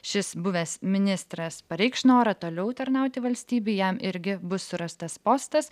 šis buvęs ministras pareikš norą toliau tarnauti valstybei jam irgi bus surastas postas